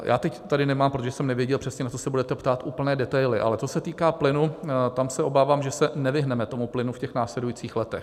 Já teď tady nemám, protože jsem nevěděl přesně, na co se budete ptát, úplné detaily, ale co se týká plynu, tam se obávám, že se nevyhneme tomu plynu v následujících letech.